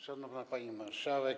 Szanowna Pani Marszałek!